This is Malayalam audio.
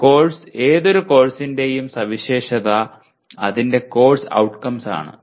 ഒരു കോഴ്സ് ഏതൊരു കോഴ്സിന്റെയും സവിശേഷത അതിന്റെ കോഴ്സ് ഔട്ട്കംസ് ആണ്